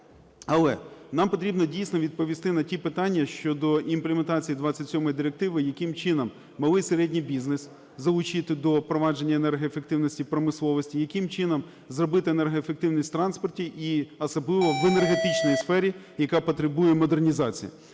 Але нам потрібно дійсно відповісти на ті питання щодо імплементації 27 Директиви, яким чином малий-середній бізнес залучити до впровадження енергоефективності промисловості, яким чином зробити енергоефективність в транспорті, і особливо в енергетичній сфері, яка потребує модернізації.